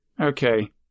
Okay